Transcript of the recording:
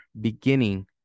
beginning